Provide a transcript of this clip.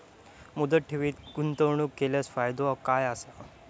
मुदत ठेवीत गुंतवणूक केल्यास फायदो काय आसा?